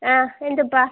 ആ എന്ത്പ്പാ